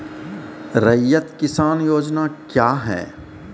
रैयत किसान योजना क्या हैं?